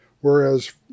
Whereas